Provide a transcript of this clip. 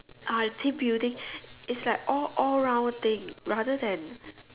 ah team building it's like all all round thing rather than